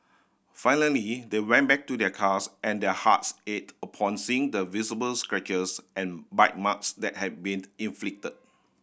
finally they went back to their cars and their hearts ached upon seeing the visible scratches and bite marks that had been inflicted